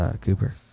Cooper